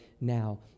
now